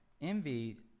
envy